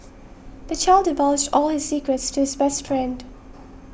the child divulged all his secrets to his best friend